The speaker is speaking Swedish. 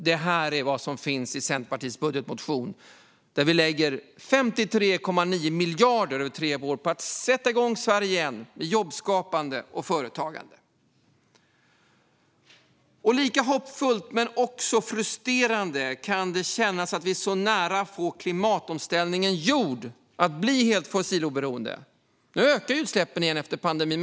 Det är också vad som finns i Centerpartiets budgetmotion, där vi lägger 53,9 miljarder över tre år på att sätta igång Sverige igen med jobbskapande och företagande. Lika hoppfullt - men också frustrerande - kan det kännas att vi är så nära att få klimatomställningen gjord och bli helt fossiloberoende. Nu ökar utsläppen igen efter pandemin.